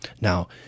now